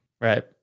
Right